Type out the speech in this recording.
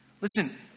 Listen